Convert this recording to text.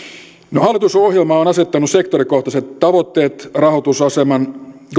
no hallitusohjelma on on asettanut sektorikohtaiset tavoitteet rahoitusaseman